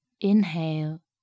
Inhale